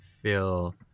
feel